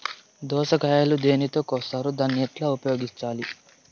దోస కాయలు దేనితో కోస్తారు దాన్ని ఎట్లా ఉపయోగించాలి?